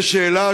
יש שאלה,